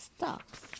Stocks